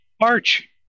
March